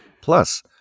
Plus